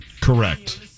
Correct